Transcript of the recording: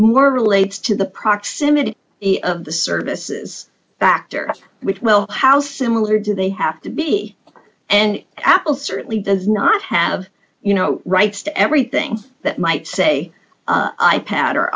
more relates to the proximity of the services factor with well how similar do they have to be and apple certainly does not have you know rights to everything that might say i pad or